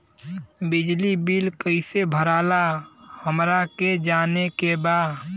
बिजली बिल कईसे भराला हमरा के जाने के बा?